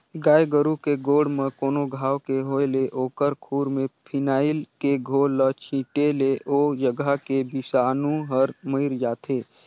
गाय गोरु के गोड़ म कोनो घांव के होय ले ओखर खूर में फिनाइल के घोल ल छींटे ले ओ जघा के बिसानु हर मइर जाथे